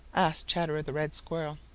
asked chatterer the red squirrel.